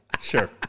sure